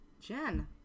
Jen